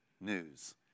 news